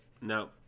No